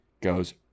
goes